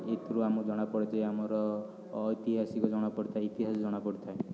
ଏଇଥିରୁ ଆମକୁ ଜଣାପଡ଼େ ଯେ ଆମର ଐତିହାସିକ ଜଣାପଡ଼ିଥାଏ ଇତିହାସ ଜଣାପଡ଼ିଥାଏ